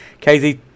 KZ